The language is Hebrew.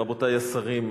רבותי השרים,